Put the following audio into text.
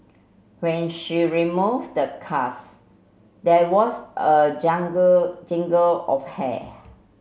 when she removed the cast there was a jungle jingle of hair